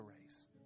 race